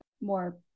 more